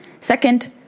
Second